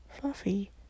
fluffy